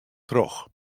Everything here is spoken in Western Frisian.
troch